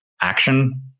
action